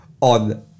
on